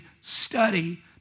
study